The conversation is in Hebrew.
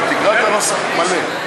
אבל תקרא את הנוסח המלא.